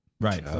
Right